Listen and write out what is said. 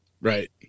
right